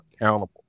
accountable